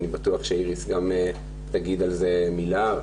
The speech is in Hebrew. אני בטוח שאיריס גם תגיד על זה מילה.